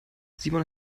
simon